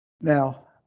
Now